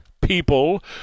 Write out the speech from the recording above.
people